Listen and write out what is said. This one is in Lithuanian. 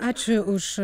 ačiū už